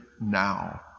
now